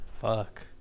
Fuck